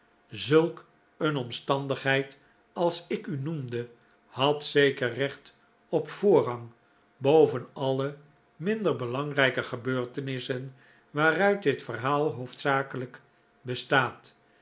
zulk een omstandigheid als ik u noemde had zeker recht op den voorrang boven alle minder belangrijke gebeurtenissen waaruit dit verhaal hoofdzakelijk bestaat